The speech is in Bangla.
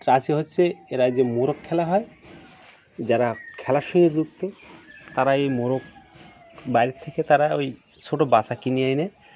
রাঁচি হচ্ছে এ রাজ্যে মোরগ খেলা হয় যারা খেলার সঙ্গে যুক্ত তারা এই মোরগ বাইরের থেকে তারা ওই ছোট বাচ্চা কিনে এনে